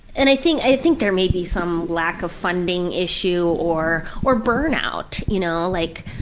and i think i think there may be some lack of funding issue or, or burnout, you know, like